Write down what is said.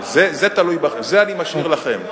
זה תלוי בכם, את זה אני משאיר לכם.